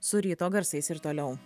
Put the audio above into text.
su ryto garsais ir toliau